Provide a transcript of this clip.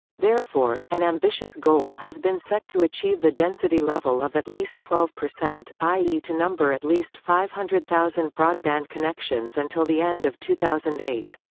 therefore, an ambitious goal has been set to achieve the density level of at least twelve percent, i e. to number at least five hundred thousand broadband connections until the end of two thousand and eight.